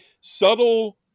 subtle